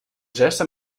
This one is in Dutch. zesde